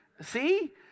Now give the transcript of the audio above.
See